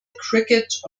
cricket